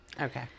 Okay